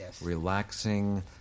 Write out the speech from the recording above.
Relaxing